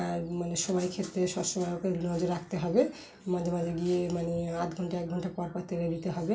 আর মানে সবাই ক্ষেত্রে সবসময় ওকে নজর রাখতে হবে মাঝে মাঝে গিয়ে মানে আধ ঘণ্টা এক ঘণ্টা পরপর তেলে দিতে হবে